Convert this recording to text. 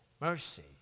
mercy